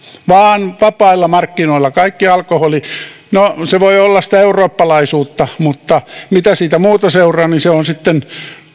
vaan vapailla markkinoilla kaikki alkoholi no se voi olla sitä eurooppalaisuutta mutta mitä muuta siitä seuraa se on sitten